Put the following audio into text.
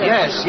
Yes